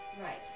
Right